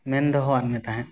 ᱢᱮᱱ ᱫᱚᱦᱚᱣᱟᱫᱢᱮ ᱛᱟᱦᱮᱸᱫ